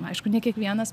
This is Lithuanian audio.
aišku ne kiekvienas